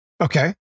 Okay